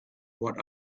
what